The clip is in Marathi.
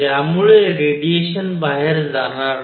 ज्यामुळे रेडिएशन बाहेर जाणार नाही